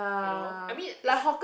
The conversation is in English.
you know I mean it's